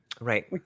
Right